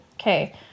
Okay